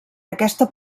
aquesta